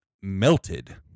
melted